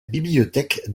bibliothèque